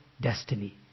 destiny